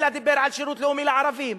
אלא דיבר על שירות לאומי לערבים.